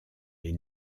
les